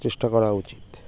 চেষ্টা করা উচিত